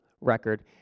record